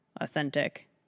authentic